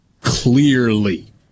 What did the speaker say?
Clearly